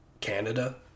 Canada